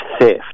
theft